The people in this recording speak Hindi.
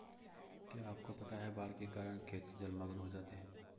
क्या आपको पता है बाढ़ के कारण खेत जलमग्न हो जाते हैं?